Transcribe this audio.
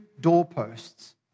doorposts